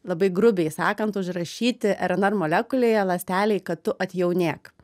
labai grubiai sakant užrašyti rnr molekulėje ląstelei kad tu atjaunėk